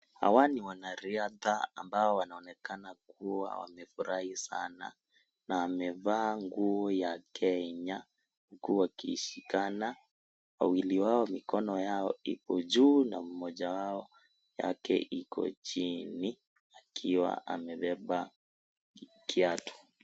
Hawa ni wanariadha ambao wanaonekana kuwa wamefurahi sana na wamevaa nguo ya Kenya huku wakishikana. Wawili wao mikono yao iko juu na mmoja wao yake iko chini akiwa amebeba kiatu.